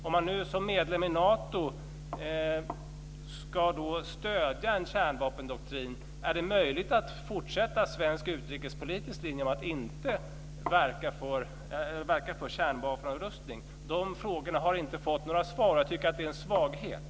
Om man som medlem i Nato ska stödja en kärnvapendoktrin, är det då möjligt att fortsätta den svenska utrikespolitiska linjen att inte verka för en kärnvapenavrustning? Dessa frågor har inte fått några svar, och jag tycker att det är en svaghet.